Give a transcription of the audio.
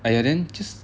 !aiya! then just